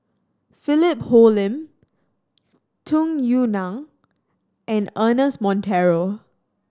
Philip Hoalim Tung Yue Nang and Ernest Monteiro